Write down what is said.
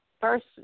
first